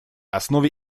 основе